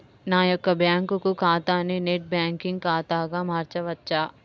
నా యొక్క బ్యాంకు ఖాతాని నెట్ బ్యాంకింగ్ ఖాతాగా మార్చవచ్చా?